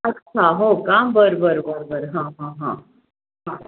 अच्छा हो का बरं बरं बरं बरं हां हां हां हां